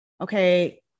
okay